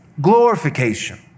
glorification